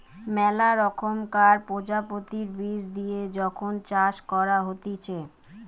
মেলা রকমকার প্রজাতির বীজ দিয়ে যখন চাষ করা হতিছে